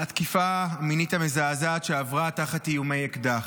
על התקיפה המינית המזעזעת שעברה תחת איומי אקדח.